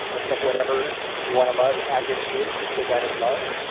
or accept whatever you want to love as it is, because that is love.